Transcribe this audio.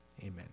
amen